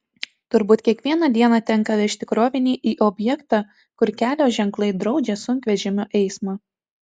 turbūt kiekvieną dieną tenka vežti krovinį į objektą kur kelio ženklai draudžia sunkvežimio eismą